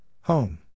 home